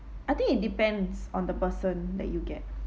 I think it depends on the person that you get